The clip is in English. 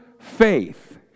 faith